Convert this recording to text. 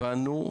הבנו.